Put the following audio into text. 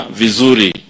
vizuri